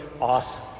awesome